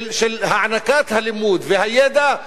של הענקת הלימוד והידע,